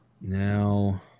Now